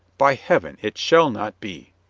by heaven, it shall not be!